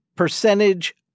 percentage